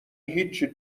هیچی